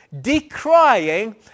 decrying